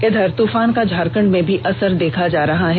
इधर चक्रवाती तूफान का झारखंड में भी असर देखा जा रहा है